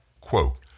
quote